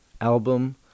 album